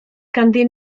ganddyn